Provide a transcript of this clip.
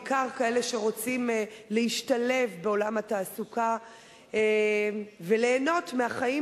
בעיקר כאלה שרוצים להשתלב בעולם התעסוקה וליהנות מהחיים